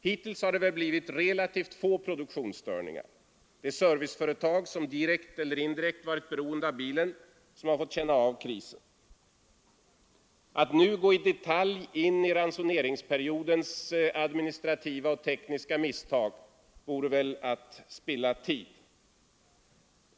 Hittills har det väl blivit relativt få produktionsstörningar, men de serviceföretag som direkt eller indirekt varit beroende av bilen har fått känna av krisen. Att nu i detalj gå in på ransoneringsperiodens administrativa och tekniska misstag vore att spilla tid.